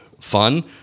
fun